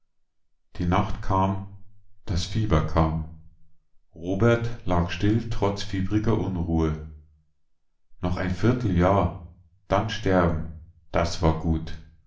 die nacht kam das fieber kam robert lag still trotz der fiebrigen unruhe noch ein vierteljahr dann sterben das war gut